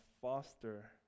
foster